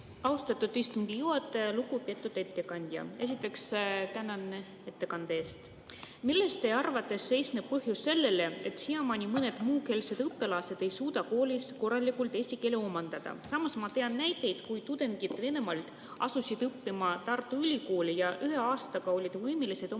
Austatud istungi juhataja! Lugupeetud ettekandja, esiteks tänan ettekande eest! Milles teie arvates seisneb põhjus, et siiamaani mõned muukeelsed õpilased ei suuda koolis korralikult eesti keelt omandada? Samas ma tean näiteid, kui tudengid Venemaalt asusid õppima Tartu Ülikoolis, siis nad ühe aastaga olid võimelised omandama